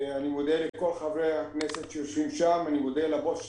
אני מודה לכל חברי הכנסת שיושבים אתך ולבוס שלי,